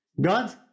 god